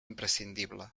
imprescindible